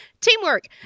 Teamwork